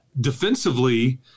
defensively